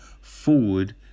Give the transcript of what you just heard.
forward